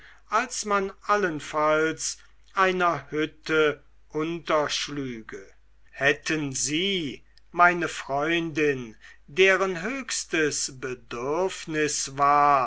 als man allenfalls einer hütte unterschlüge hätten sie meine freundin deren höchstes bedürfnis war